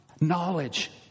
knowledge